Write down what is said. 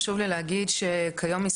חשוב לי להגיד שכיום,